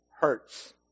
hurts